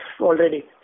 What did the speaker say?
already